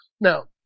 Now